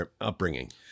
upbringing